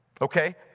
Okay